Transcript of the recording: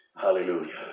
hallelujah